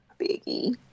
biggie